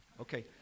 Okay